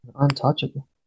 Untouchable